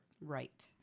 Right